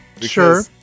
Sure